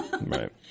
right